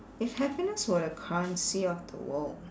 if happiness were the currency of the world